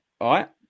right